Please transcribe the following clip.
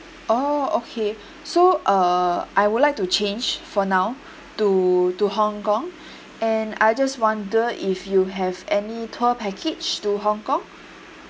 oh okay so uh I would like to change for now to to hong kong and I just wonder if you have any tour package to hong kong